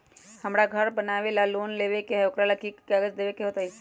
हमरा घर बनाबे ला लोन लेबे के है, ओकरा ला कि कि काग़ज देबे के होयत?